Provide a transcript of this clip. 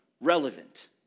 relevant